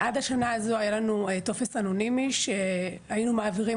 עד השנה הזאת היה לנו טופס אנונימי שהיינו מעבירים